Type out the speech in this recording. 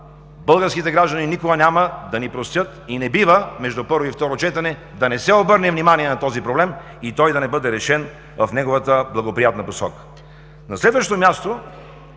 българските граждани никога няма да ни простят. Не бива между първо и второ четене да не се обърне внимание на този проблем и той да не бъде решен в неговата благоприятна посока. На следващо място,